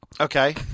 Okay